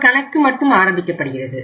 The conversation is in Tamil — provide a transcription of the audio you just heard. ஒரு கணக்கு மட்டும் ஆரம்பிக்கப்படுகிறது